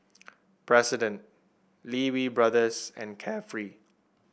President Lee Wee Brothers and Carefree